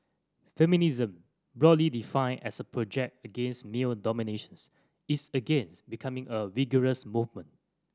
feminism broadly defined as a project against male dominations is again becoming a vigorous movement